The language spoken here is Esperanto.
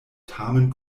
tamen